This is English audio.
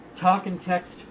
talk-and-text